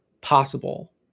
possible